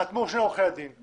חתמו עורכי הדין באותו טופס.